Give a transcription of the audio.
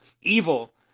evil